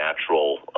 natural